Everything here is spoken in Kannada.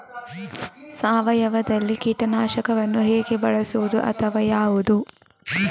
ಸಾವಯವದಲ್ಲಿ ಕೀಟನಾಶಕವನ್ನು ಹೇಗೆ ಬಳಸುವುದು ಅಥವಾ ಯಾವುದು?